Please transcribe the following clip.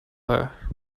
her